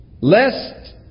Lest